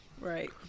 right